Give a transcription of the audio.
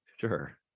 Sure